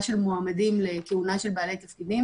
של מועמדים לכהונה של בעלי תפקידים,